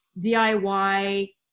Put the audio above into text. DIY